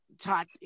taught